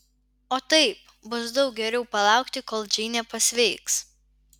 o taip bus daug geriau palaukti kol džeinė pasveiks